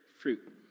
fruit